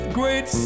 great